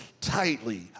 tightly